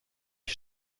ich